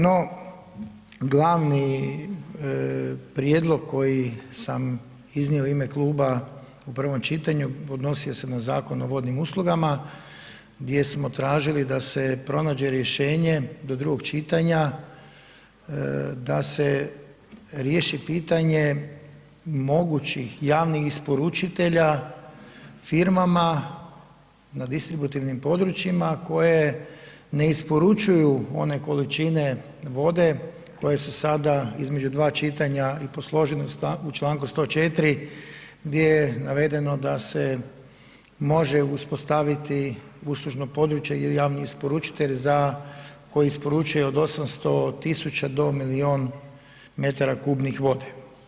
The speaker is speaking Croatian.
No, glavni prijedlog koji sam iznio u ime kluba u prvom čitanju odnosio se na Zakon o vodnim uslugama gdje smo tražili da se pronađe rješenje do drugog čitanja, da se riješi pitanje mogućih javnih isporučitelja firmama na distributivnim područjima koje ne isporučuju one količine vode koje su sada između dva čitanja i posložene u Članku 104. gdje je navedeno da se može uspostaviti uslužno područje ili javni isporučitelj za, koji isporučuje od 800.000 do 1.000.000 m3 vode.